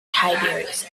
tiberius